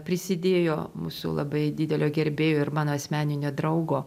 prisidėjo mūsų labai didelio gerbėjų ir mano asmeninio draugo